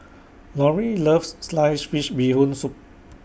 Lorri loves Sliced Fish Bee Hoon Soup